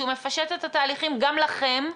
שהוא מפשט את התהליכים גם לכם,